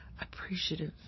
appreciative